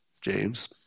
James